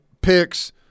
picks